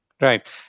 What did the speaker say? Right